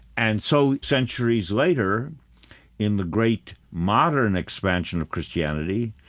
and so centuries later in the great modern expansion of christianity,